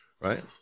right